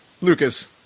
Lucas